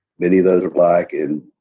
many of those are black. and,